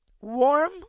warm